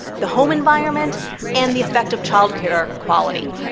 the home environment and the effect of childcare quality.